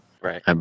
right